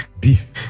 Beef